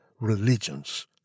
religions